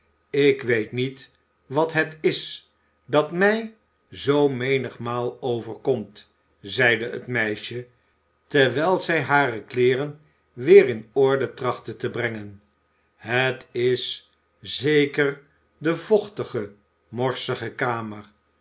ik weet niet wat het is dat mij zoo menigmaal overkomt zeide het meisje terwijl zij hare kleeren weer in orde trachtte te brengen het is zeker de vochtige morsige kamer